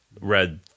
read